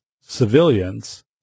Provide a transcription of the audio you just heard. civilians